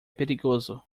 perigoso